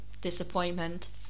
Disappointment